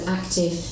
active